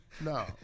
No